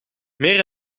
meer